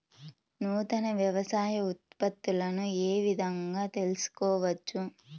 నూతన వ్యవసాయ ఉత్పత్తులను ఏ విధంగా తెలుసుకోవచ్చు?